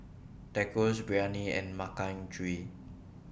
Tacos Biryani and Makchang Gui